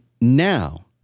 now